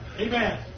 Amen